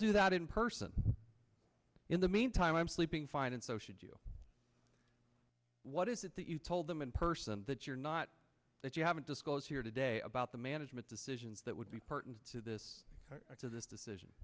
do that in person in the meantime i'm sleeping fine and so should you what is it that you told them in person that you're not that you haven't disclosed here today about the management decisions that would be part and to this to this decision